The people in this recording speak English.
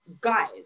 guys